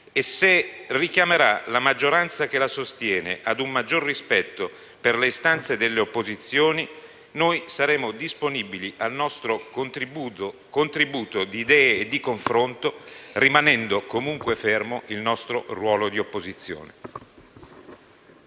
e se chiamerà la maggioranza che la sostiene a un maggior rispetto per le istanze delle opposizioni noi saremo disponibili al nostro contributo di idee e di confronto, rimanendo comunque fermo il nostro ruolo di opposizione.